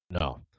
No